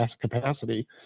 capacity